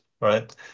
right